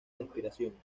respiración